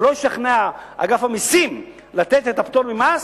ולא ישתכנע אגף המסים לתת את הפטור ממס,